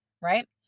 Right